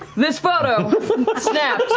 this photo but snapped yeah